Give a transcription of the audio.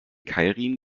keilriemen